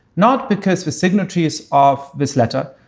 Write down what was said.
not because the signatories of this letter,